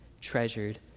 treasured